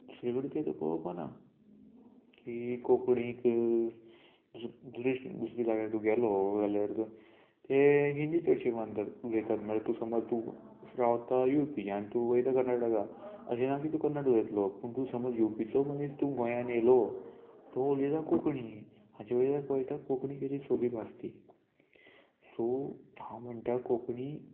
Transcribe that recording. दुसरे कडेन ते पळोवपा ना की कोंकणीक दुसरे दुसरी जाग्यार तूं गेलो जाल्यार ते हिंदी चडशी मानतात उलयतात म्हळ्यार तूं समज तूं रावता यूपी आनी तूं वयता कर्नाटका अशें ना की तूं कर्नाटक उलयतलो पूण तूं समज यूपीचो मनीस तूं गोंयान येयलो तो उलयता कोंकणी हाचे वयल्याक कयटा कोंकणी केदी सोंपी भास ती सो हांव म्हणटा कोंकणी